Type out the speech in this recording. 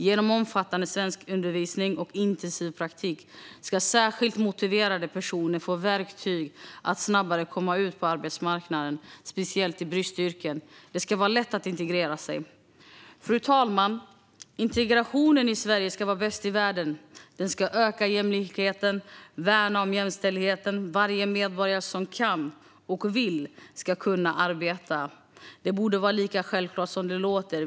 Genom omfattande svenskundervisning och intensiv praktik ska särskilt motiverade personer få verktyg att snabbare komma ut på arbetsmarknaden, speciellt i bristyrken. Det ska vara lätt att integrera sig. Fru talman! Integrationen i Sverige ska vara bäst i världen. Den ska öka jämlikheten och värna om jämställdheten. Varje medborgare som kan och vill ska kunna arbeta - det borde vara lika självklart som det låter.